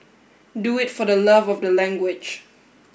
do it for the love of the language